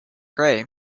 grey